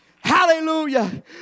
Hallelujah